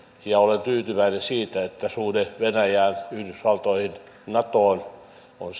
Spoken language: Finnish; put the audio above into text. ja olen tyytyväinen siitä että suhde venäjään yhdysvaltoihin natoon on